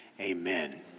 amen